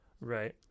Right